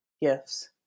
gifts